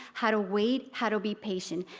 how to wait, how to be patient.